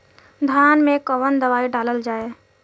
धान मे कवन दवाई डालल जाए?